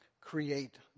create